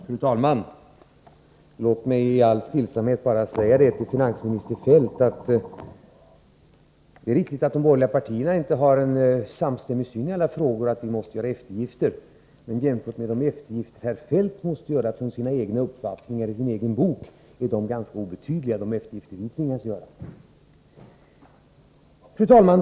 Fru talman! Låt mig i all stillsamhet till finansminister Feldt bara säga att det är riktigt att de borgerliga partierna inte har en samstämmig syn i alla frågor och att vi måste göra eftergifter. Men de är ganska obetydliga jämfört med de eftergifter som herr Feldt att döma av hans egen bok varit tvungen att göra i förhållande till sina egna uppfattningar.